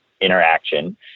interaction